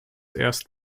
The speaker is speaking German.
erst